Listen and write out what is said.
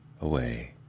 Away